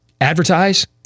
advertise